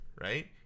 right